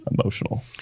emotional